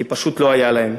כי פשוט לא היה להם.